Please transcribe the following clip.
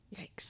Yikes